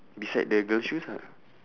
beside the girl shoes ah